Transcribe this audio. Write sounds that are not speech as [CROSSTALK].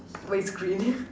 but it's green [LAUGHS]